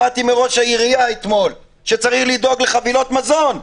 שמעתי מראש העירייה אתמול שצריך לדאוג לחבילות מזון.